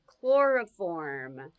chloroform